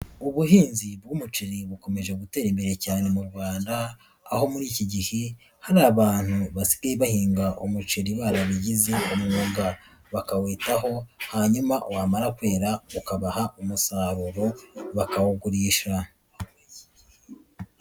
Ubuhinzi bw'umuceri bukomeje gutera imbere cyane mu Rwanda, aho muri iki gihe hari abantu basigaye bahinga umuceri barabigize umwuga, bakawitaho hanyuma wamara kwera ukabaha umusaruro bakawugurisha.